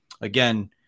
again